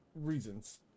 reasons